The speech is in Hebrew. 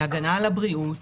להגנה על הבריאות.